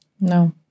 No